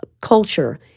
culture